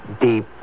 deep